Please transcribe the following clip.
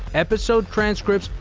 episode transcripts,